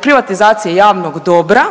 privatizacije javnog dobra